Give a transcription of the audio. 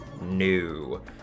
new